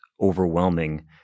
overwhelming